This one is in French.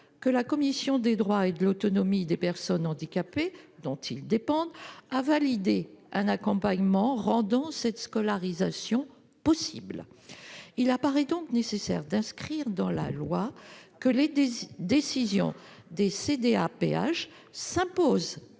que la commission des droits et de l'autonomie des personnes handicapées, ou CDAPH, dont ils dépendent a validé un accompagnement rendant cette scolarisation possible. Il paraît donc nécessaire d'inscrire dans la loi que les décisions de la CDAPH s'imposent